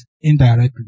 indirectly